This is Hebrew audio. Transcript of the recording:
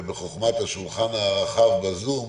ובחכמת השולחן הרחב בזום,